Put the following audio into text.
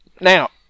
Now